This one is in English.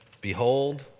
behold